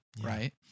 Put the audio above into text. Right